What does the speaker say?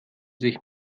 sich